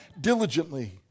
diligently